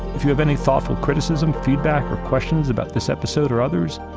if you have any thoughtful criticism, feedback, or questions about this episode or others,